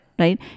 right